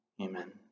amen